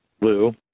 Lou